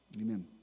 Amen